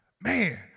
Man